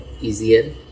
easier